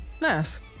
Nice